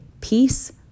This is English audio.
peace